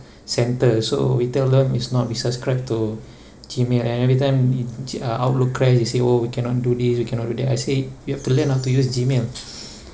centre so we tell them it's not we subscribe to Gmail and every time G uh Outlook crash they say oh we cannot do this we cannot do that I say you have to learn how to use Gmail